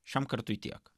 šiam kartui tiek